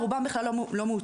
רובם בכלל לא מאותרים,